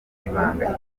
ibanga